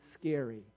scary